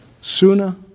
sooner